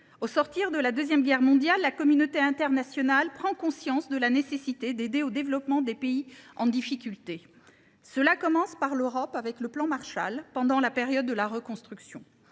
au sortir de la Deuxième Guerre mondiale, la communauté internationale prend conscience de la nécessité d’aider au développement des pays en difficulté. Cela commence par l’Europe, avec le plan Marshall pendant la période de la reconstruction.